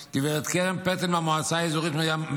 לגב' קרן פטל מהמועצה האזורית מרום